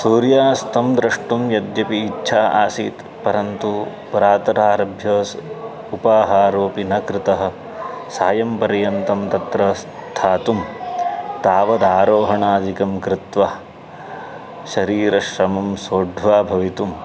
सूर्यास्तं द्रष्टुं यद्यपि इच्छा आसीत् परन्तु प्रातरारभ्य उपाहारोऽपि न कृतः सायं पर्यन्तं तत्र स्थातुं तावद् आरोहणादिकं कृत्वा शरीरश्रमं सोढ्वा भवितुं